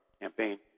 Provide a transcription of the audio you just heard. campaign